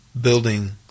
building